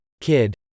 kid